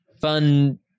fun